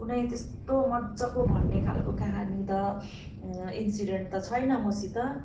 कुनै त्यस्तो मजाको भन्ने खालको कहानी त इन्सिडेन्ट त छैन मसित